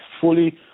fully